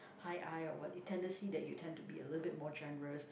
high I or what it tendency that you tend to be a little bit more generous